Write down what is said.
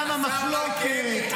למה מחלוקת?